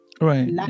Right